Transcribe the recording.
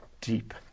deep